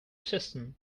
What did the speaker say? system